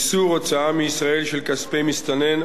(איסור הוצאה מישראל של כספי מסתנן,